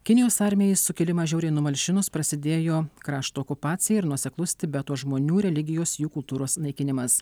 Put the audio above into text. kinijos armijai į sukilimą žiauriai numalšinus prasidėjo krašto okupacija ir nuoseklus tibeto žmonių religijos jų kultūros naikinimas